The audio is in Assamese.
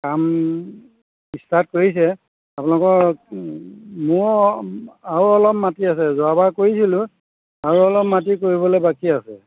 কাম ইষ্টাৰ্ট কৰিছে আপোনালোকৰ মোৰ আৰু অলপ মাটি আছে যোৱা বাৰ কৰিছিলোঁ আৰু অলপ মাটি কৰিবলে বাকী আছে